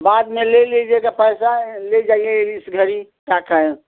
बाद में ले लीजिएगा पैसा ले जाइए इस घड़ी क्या कहें